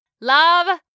love